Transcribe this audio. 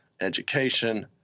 education